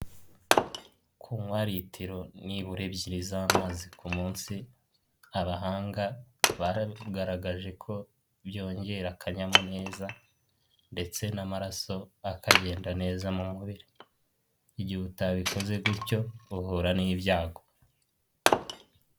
Kunywa ritiro nibura ebyiri z'amazi ku munsi, abahanga bagaragaje ko byongera akanyamuneza ndetse n'amaraso akagenda neza mu mubiri, igihe utabikoze gutyo uhura n'ibyago.